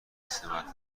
سمت